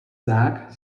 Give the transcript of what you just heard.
zak